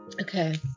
Okay